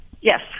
yes